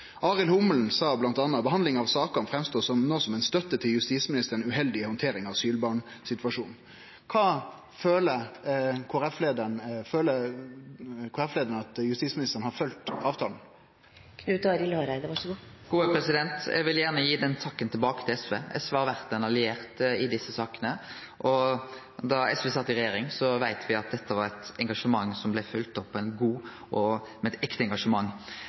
Arild Humlen sa bl.a. at behandlinga av sakene var ei støtte til justisministerens uheldige handtering av asylbarnsituasjonen. Kva føler Kristeleg Folkeparti-leiaren? Føler Kristeleg Folkeparti-leiaren at justisministeren har følgt avtalen? Eg vil gjerne gi den takken tilbake til SV. SV har vore ein alliert i desse sakene, og da SV sat i regjering, veit vi at det var eit engasjement som blei følgt opp på ein god måte. Det var eit ekte engasjement.